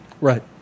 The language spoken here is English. Right